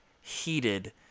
heated